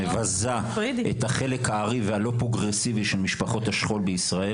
שמבזה את החלק הארי והלא פרוגרסיבי של משפחות השכול בישראל,